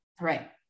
right